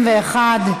51)